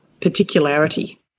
particularity